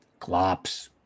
Glops